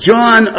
John